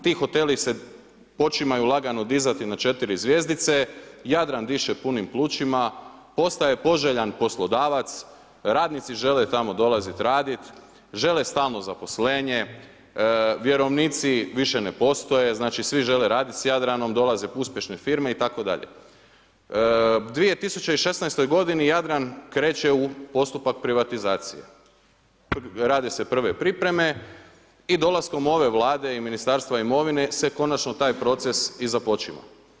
Ti hoteli se počinju lagano dizati na 4 zvjezdice, Jadran diše punim plućima, postaje poželjan poslodavac, radnici žele tamo dolaziti raditi, žele stalno zaposlenje, vjerovnici više ne postoje znači svi žele raditi s Jadranom, dolaze uspješne firme itd. 2016. godine Jadran kreće u postupak privatizacije, rade se prve pripreme i dolaskom ove Vlade i Ministarstva imovine se konačno taj proces i započima.